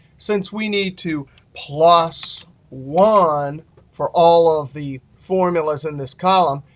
since we need to plus one for all of the formulas in this column,